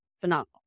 phenomenal